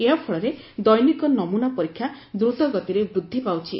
ଏହାଫଳରେ ଦୈନିକ ନମୂନା ପରୀକ୍ଷା ଦ୍ରୁତଗତିରେ ବୃଦ୍ଧି ପାଉଛି